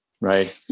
right